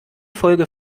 folge